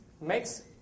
makes